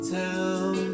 town